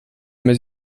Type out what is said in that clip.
més